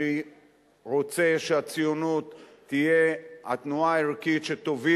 אני רוצה שהציונות תהיה התנועה הערכית שתוביל